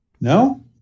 No